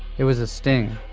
it was a sting.